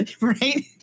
Right